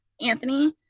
Anthony